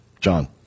John